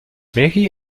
mary